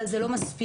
אבל זה לא מספיק,